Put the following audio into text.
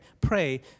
pray